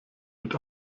mit